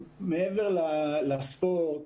מעבר לספורט,